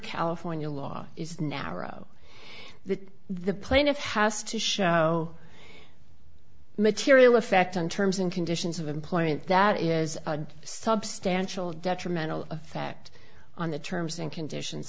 california law is narrow that the plaintiff has to show material effect on terms and conditions of employment that is a substantial detrimental effect on the terms and conditions